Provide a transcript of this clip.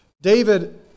David